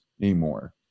anymore